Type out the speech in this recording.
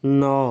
ନଅ